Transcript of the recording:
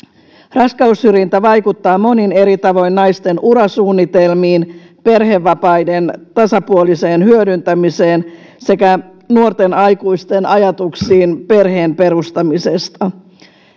raskaussyrjintä vaikuttaa monin eri tavoin naisten urasuunnitelmiin perhevapaiden tasapuoliseen hyödyntämiseen sekä nuorten aikuisten ajatuksiin perheen perustamisesta